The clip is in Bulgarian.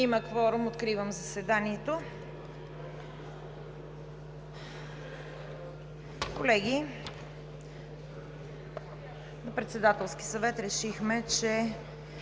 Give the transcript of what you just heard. Има кворум. Откривам заседанието. Колеги, на Председателския съвет решихме, че